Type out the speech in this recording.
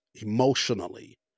emotionally